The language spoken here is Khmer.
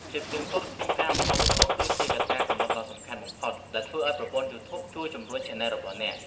ភាពទៀងទាត់ ក្នុងការបង្ហោះវីដេអូ គឺជាកត្តាកំណត់ដ៏សំខាន់បំផុតដែលធ្វើឱ្យប្រព័ន្ធ យូធូប ជួយជម្រុញឆានែលរបស់អ្នក។